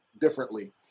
differently